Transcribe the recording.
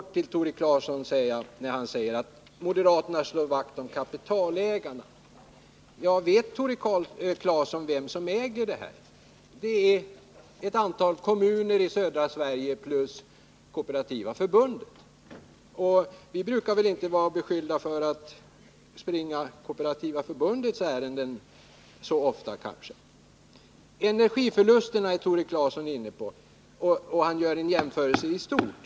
Tore Claeson sade att moderaterna slår vakt om kapitalägarna. Vet Tore Claeson vilka som äger Trångfors AB? Jo, det är ett antal kommuner i södra Sverige och Kooperativa förbundet. Och vi brukar inte så ofta beskyllas för att springa Kooperativa förbundets ärenden. Tore Claeson var inne på energiförlusterna och gjorde en jämförelse i stort.